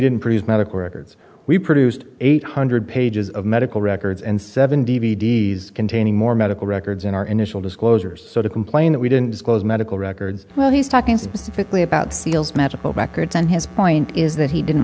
produce medical records we produced eight hundred pages of medical records and seven d v d s containing more medical records in our initial disclosures so to complain that we didn't disclose medical records well he's talking specifically about seals magical backwards on his point is that he didn't